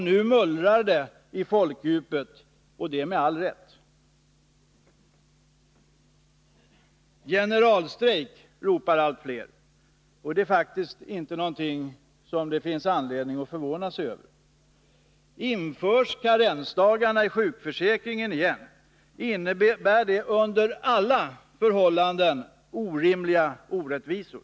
Nu mullrar det i folkdjupet — och det med all rätt. Generalstrejk, ropar allt fler, och det är faktiskt inte att förvåna sig över. Införs karensdagar i sjukförsäkringen igen, innebär det under alla förhållanden orimliga orättvisor.